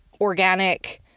organic